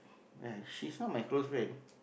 ya she is not my close friend